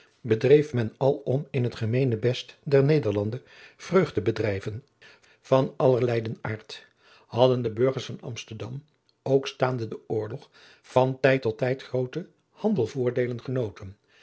bedreef men alom in het gemeenebest der nederlanden vreugdebedrijven van allerleijen aard hadden de burgers van amsterdam ook staande den oorlog van tijd tot tijd groote handel voordeelen genoten